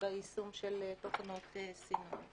ביישום של תוכנות סינון.